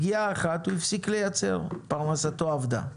פגיעה אחת, הוא הפסיק לייצר, פרנסתו אבדה.